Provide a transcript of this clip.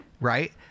right